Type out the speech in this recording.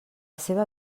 seva